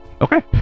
Okay